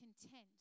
content